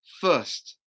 first